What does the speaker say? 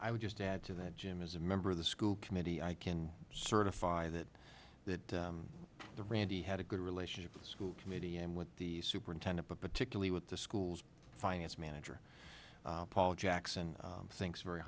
i would just add to that jim is a member of the school committee i can certify that that the randy had a good relationship with the school committee and with the superintendent but particularly with the school's finance manager paul jackson thinks very